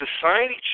society